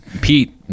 pete